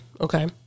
Okay